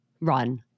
run